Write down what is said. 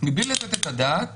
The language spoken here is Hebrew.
מבלי לתת את הדעת